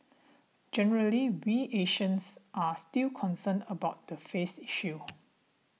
generally we Asians are still concerned about the 'face' issue